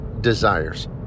desires